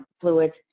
fluids